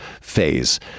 phase